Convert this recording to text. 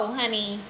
honey